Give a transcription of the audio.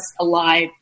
alive